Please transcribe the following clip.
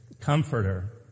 Comforter